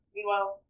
Meanwhile